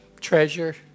treasure